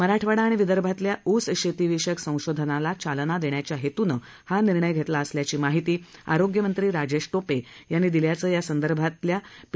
मराठवाडा आणि विदर्भातल्या ऊस शेतीविषयक संशोधनाला चालना देण्याच्या हेतूनं हा निर्णय घेतला असल्याची माहिती आरोग्यमंत्री राजेश टोपे यांनी दिल्याचं यासंदर्भातल्या असल्याचं पी